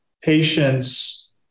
patients